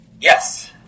Yes